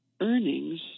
earnings